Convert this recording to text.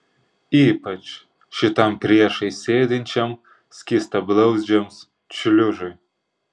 ypač šitam priešais sėdinčiam skystablauzdžiams šliužui